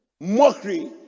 mockery